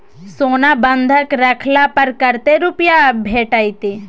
सोना बंधक रखला पर कत्ते रुपिया भेटतै?